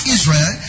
Israel